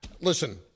listen